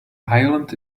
island